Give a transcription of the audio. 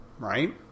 Right